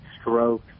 stroke